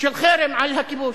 של חרם על הכיבוש.